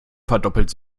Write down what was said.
verdoppelt